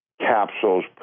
capsules